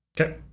Okay